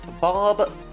Bob